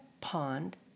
pond